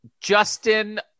Justin